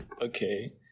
Okay